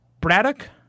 Braddock